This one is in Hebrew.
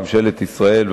ממשלת ישראל,